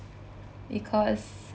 because